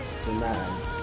tonight